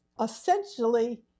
essentially